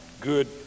good